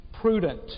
prudent